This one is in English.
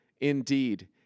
Indeed